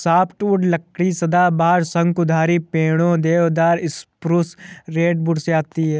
softwood लकड़ी सदाबहार, शंकुधारी पेड़ों, देवदार, स्प्रूस, रेडवुड से आती है